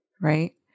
right